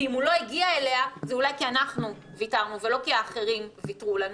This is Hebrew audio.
ואם הוא לא הגיע אליה זה אולי כי אנחנו ויתרנו ולא כי האחרים ויתרו לנו,